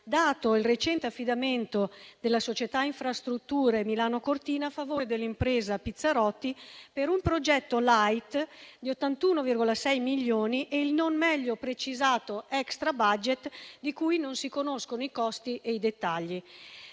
dato il recente affidamento della Società infrastrutture Milano-Cortina a favore dell'impresa Pizzarotti, per un progetto *light* di 81,6 milioni e il non meglio precisato extrabudget di cui non si conoscono i costi e i dettagli.